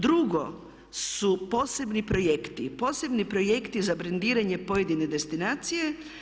Drugo su posebni projekti, posebni projekti za brendiranje pojedine destinacije.